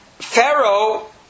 Pharaoh